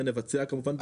ונבצע כמובן בקרה.